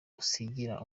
asigira